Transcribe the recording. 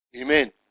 Amen